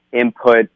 input